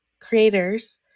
creators